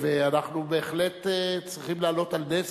ואנחנו בהחלט צריכים להעלות על נס.